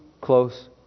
close